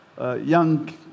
young